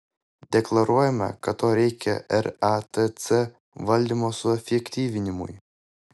deklaruojama kad to reikia ratc valdymo suefektyvinimui